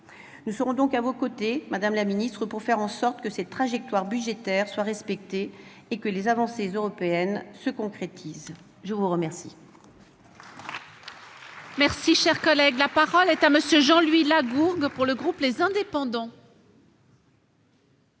Nous serons donc à vos côtés, madame la ministre, pour faire en sorte que cette trajectoire budgétaire soit respectée et que les avancées européennes se concrétisent. La parole